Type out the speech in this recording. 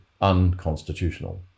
unconstitutional